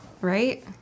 right